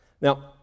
Now